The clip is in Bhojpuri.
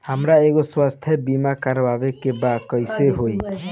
हमरा एगो स्वास्थ्य बीमा करवाए के बा कइसे होई?